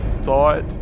thought